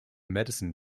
medicine